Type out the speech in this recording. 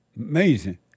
Amazing